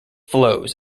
flows